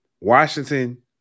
Washington